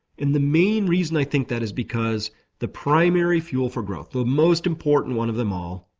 and the main reason i think that is because the primary fuel for growth, the most important one of them all,